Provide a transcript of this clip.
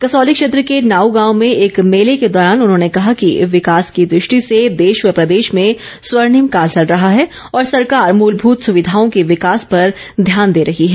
कसौली क्षेत्र के नाऊ गांव में एक मेले के दौरान उन्होंने कहा कि विकास की दृष्टि से देश व प्रदेश में स्वर्णिमकाल चल रहा है और सरकार मूलभूत सुविधाओं के विकास पर ध्यान दे रही है